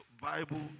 Bible